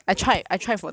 I guess I'm just not